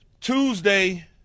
Tuesday –